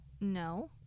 No